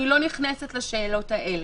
אני לא נכנסת לשאלות האלה,